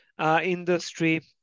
industry